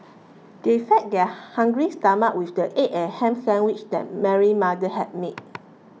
they fed their hungry stomachs with the egg and ham sandwiches that Mary mother had made